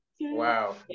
Wow